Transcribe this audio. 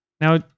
Now